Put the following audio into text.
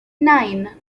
nine